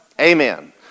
Amen